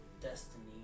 destiny